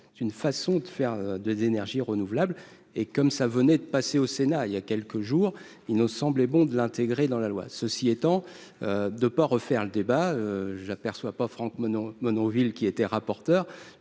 c'est une façon de faire de d'énergies renouvelables et comme ça venait de passer au Sénat il y a quelques jours, il ne semblait bon de l'intégrer dans la loi, ceci étant de pas refaire le débat j'aperçois pas Franck Monod Monod villes qui était rapporteur